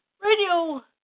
radio